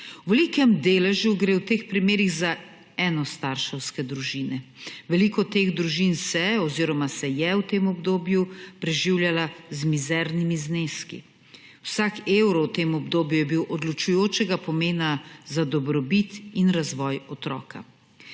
velikem deležu gre v teh primerih za enostarševske družine. Veliko od teh družin se oziroma se je v tem obdobju preživljalo z mizernimi zneski. Vsak evro v tem obdobju je bil odločujočega pomena za dobrobit in razvoj otroka.